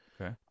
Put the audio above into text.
Okay